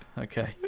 okay